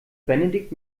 benedikt